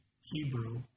Hebrew